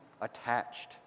attached